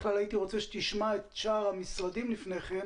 כלל הייתי רוצה שתשמע את שאר המשרדים לפני כן.